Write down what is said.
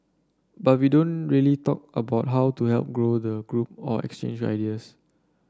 but we don't really talk about how to help grow the group or exchange ideas